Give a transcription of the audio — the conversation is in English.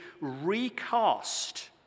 recast